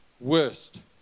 worst